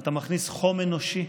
אתה מכניס חום אנושי,